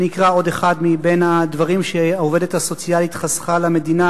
אני אקרא עוד אחד מהדברים שהעובדת הסוציאלית חסכה למדינה: